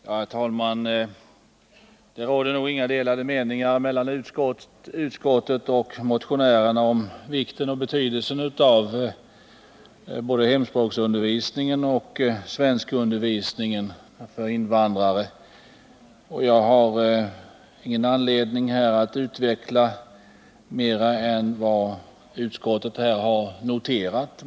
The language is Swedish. Herr talman! Det råder nog inga delade meningar mellan utskottet och motionärerna om vikten och betydelsen av både hemspråksundervisning och svenskundervisning för invandrare. Jag har därför ingen anledning att göra några tillägg till vad utskottet har noterat.